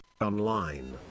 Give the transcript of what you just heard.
Online